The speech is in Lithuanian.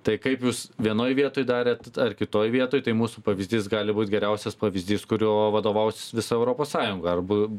tai kaip jūs vienoj vietoj darėt ar kitoj vietoj tai mūsų pavyzdys gali būt geriausias pavyzdys kuriuo vadovausis visa europos sąjunga arba